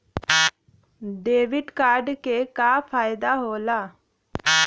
Debit card क का फायदा हो ला?